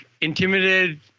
intimidated